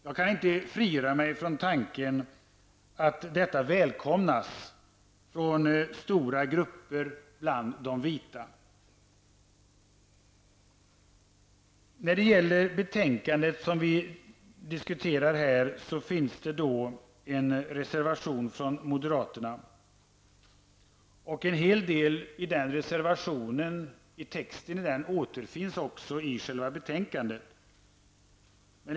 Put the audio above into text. Jag kan inte frigöra mig från tanken att detta välkomnas av stora grupper bland de vita. Till det betänkande vi nu diskuterar har fogats en reservation av moderaterna. En hel del av texten i reservationen återfinns också i utskottets skrivning.